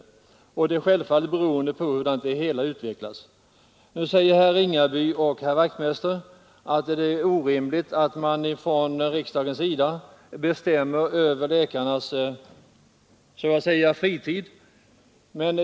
Delegationens ställningstagande blir självfallet beroende av hur det hela utvecklas. Nu säger herrar Ringaby och Wachtmeister att det är orimligt att man från riksdagens sida bestämmer över läkarnas ”fritid”.